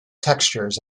textures